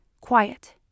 Quiet